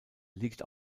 liegt